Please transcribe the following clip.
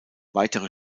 weitere